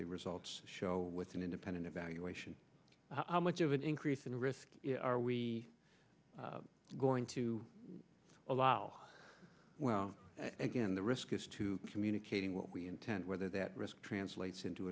the results show with an independent evaluation how much of an increase in risk are we going to allow well again the risk of communicating what we intend whether that risk translates into